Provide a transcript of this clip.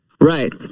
Right